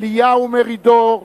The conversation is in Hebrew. אליהו מרידור,